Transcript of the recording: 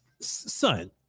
Son